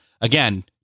again